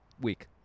week